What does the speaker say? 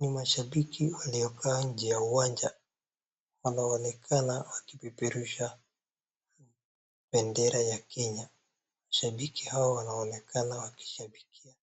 Ni mashabiki waliokaa nje ya uwanja wanaonekana wakipeperusha bendera ya Kenya, shabiki hawa wanaonekana wakishabikia